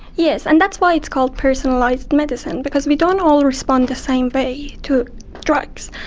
yes, and that's why it's called personalised medicine because we don't all respond the same way to drugs.